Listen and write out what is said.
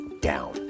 down